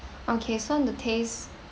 okay so the taste